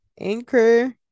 Anchor